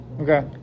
Okay